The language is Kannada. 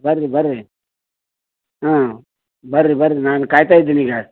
ಬನ್ರಿ ಬನ್ರಿ ಹಾಂ ಬನ್ರಿ ಬನ್ರಿ ನಾನು ಕಾಯ್ತಾ ಇದ್ದೀನಿ ಈಗ